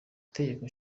itegeko